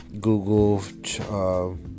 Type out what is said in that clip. google